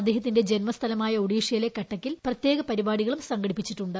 അദ്ദേഹത്തിന്റെ ജന്മസ്ഥലമായ ഒഡീഷയിലെ കട്ടകിൽ പ്രത്യേക പരിപാടികളും സംഘടിപ്പിച്ചിട്ടുണ്ട്